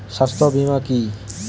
স্বাস্থ্য বীমা কি?